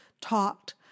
talked